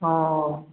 अ